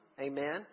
Amen